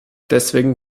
deswegen